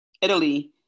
Italy